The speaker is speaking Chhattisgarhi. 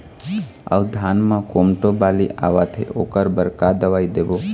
अऊ धान म कोमटो बाली आवत हे ओकर बर का दवई देबो?